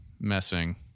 Messing